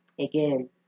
again